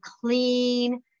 clean